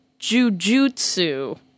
Jujutsu